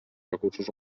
recursos